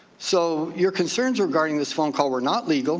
so your concerns regarding this phone call were not legal.